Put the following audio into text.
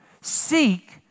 Seek